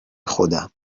خودم